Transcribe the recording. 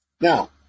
Now